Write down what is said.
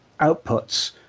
outputs